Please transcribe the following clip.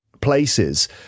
places